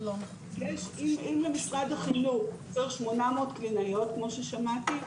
אם למשרד החינוך צריך 800 קלינאיות כמו ששמעתי,